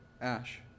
ash